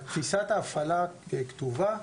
תפיסת ההפעלה כתובה,